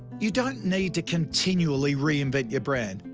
you don't need to continually re-invent your brand.